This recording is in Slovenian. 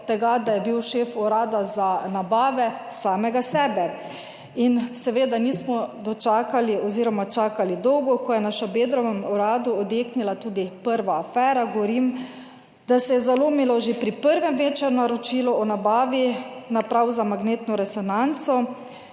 da je bil šef urada za nabave, samega sebe. Seveda nismo dočakali, oz. čakali dolgo, ko je na Šabedrovem uradu odjeknila tudi prva afera, govorim, da se je zalomilo že pri prvem večjem naročilu o nabavi naprav za magnetno resonanco,